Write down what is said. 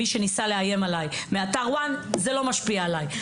מי שניסה לאיים עלי מאתר "one" זה לא משפיע עלי.